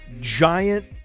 giant